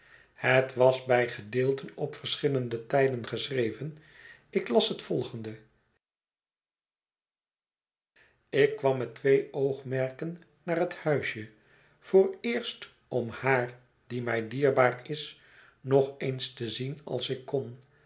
het was bij gedeelten op verschillende tijden geschreven ik las het volgende ik kwam met twee oogmerken naar het huisje vooreerst om haar die mij dierbaar is nog eens te zien als ik kon